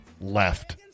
left